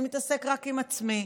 אני מתעסק רק עם עצמי.